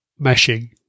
meshing